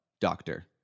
doctor